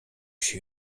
się